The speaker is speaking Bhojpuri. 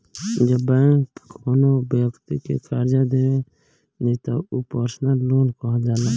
जब बैंक कौनो बैक्ति के करजा देवेली त उ पर्सनल लोन कहल जाला